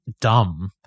dumb